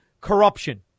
corruption